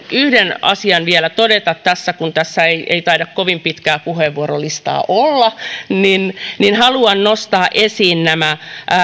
yhden asian vielä todeta kun tässä ei ei taida kovin pitkää puheenvuorolistaa olla niin niin haluan nostaa esiin nämä